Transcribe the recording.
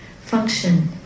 function